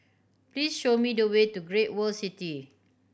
please show me the way to Great World City